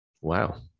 wow